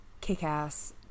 kick-ass